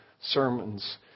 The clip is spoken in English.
sermons